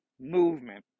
movement